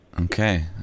Okay